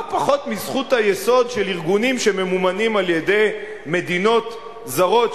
לא פחות מזכות היסוד של ארגונים שממומנים על-ידי מדינות זרות,